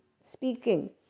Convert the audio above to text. speaking